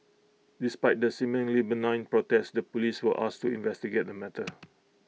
despite the seemingly benign protest the Police were asked to investigate the matter